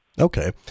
Okay